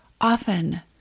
often